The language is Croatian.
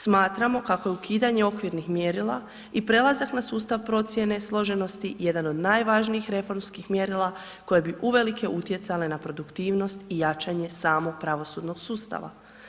Smatramo kako je ukidanje okvirnih mjerila i prelazak na sustav procjene složenosti jedan od najvažnijih reformskih mjerila koji su uvelike utjecali na produktivnost i jačanje samog pravosudnog sustava.